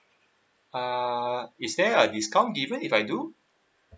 err is there a discount given if I do